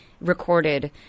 recorded